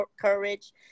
courage